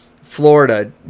Florida